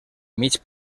mig